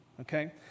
okay